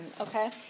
okay